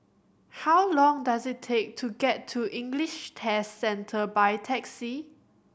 how long does it take to get to English Test Centre by taxi